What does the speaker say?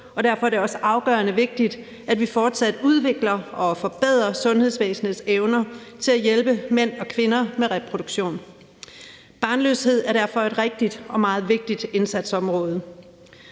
Derfor er det også afgørende vigtigt, at vi fortsat udvikler og forbedrer sundhedsvæsenets evner til at hjælpe mænd og kvinder med reproduktion. Barnløshed er derfor et rigtigt og meget vigtigt indsatsområde.